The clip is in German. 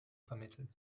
vermitteln